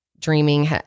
dreaming